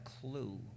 clue